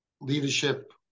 leadership